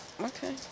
okay